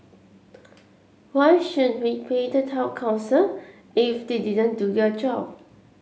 why should we pay the town council if they didn't do their job